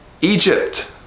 Egypt